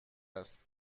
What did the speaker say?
است